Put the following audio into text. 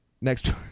Next